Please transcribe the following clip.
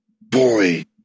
boy